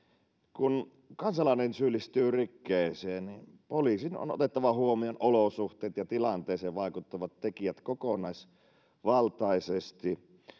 kun kansalainen syyllistyy rikkeeseen niin poliisin on otettava huomioon olosuhteet ja tilanteeseen vaikuttavat tekijät kokonaisvaltaisesti